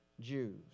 Jews